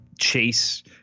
chase